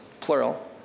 plural